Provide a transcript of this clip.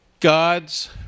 God's